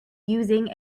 using